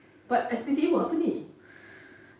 but S_P_C_A buat apa ni